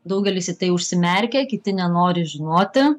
daugelis į tai užsimerkia kiti nenori žinoti